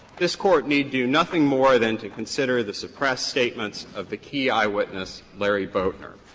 this court need do nothing more than to consider the suppressed statements of the key eyewitness, larry boatner.